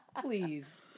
Please